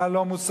מה לא מוסרי,